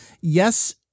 yes